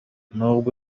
nubwo